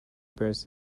bears